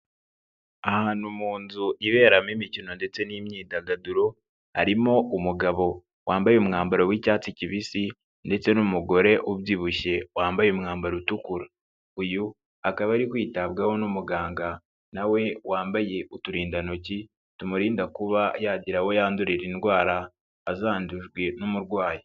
Ahantu mu nzu iberamo imikino ndetse n'imyidagaduro. Harimo umugabo wambaye umwambaro w'icyatsi kibisi ndetse n'umugore ubyibushye, wambaye umwambaro utukura. Uyu akaba ari kwitabwaho n'umuganga nawe wambaye uturindantoki tumurinda kuba yagira aho yandurira indwara azandujwe n'umurwayi.